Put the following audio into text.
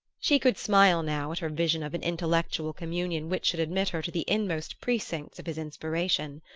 she could smile now at her vision of an intellectual communion which should admit her to the inmost precincts of his inspiration.